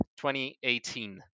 2018